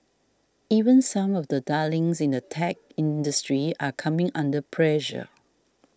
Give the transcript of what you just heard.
even some of the darlings in the tech industry are coming under pressure